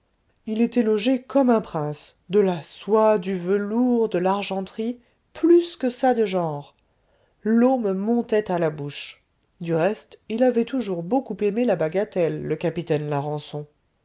il était logé comme un prince de la soie du velours de l'argenterie plus que ça de genre l'eau me montait à la bouche du reste il avait toujours beaucoup aimé la bagatelle le capitaine larençon